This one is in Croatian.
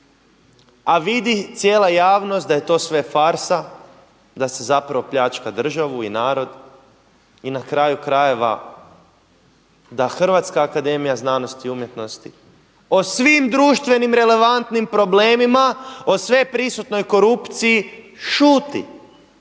a vidi cijela javnost da je to sve farsa, da se zapravo pljačka državu i narod i na kraju krajeva da Hrvatska akademija znanosti i umjetnosti o svim društvenim relevantnim problemima o sveprisutnoj korupciji šuti.